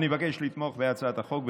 אני אבקש לתמוך בהצעת החוק.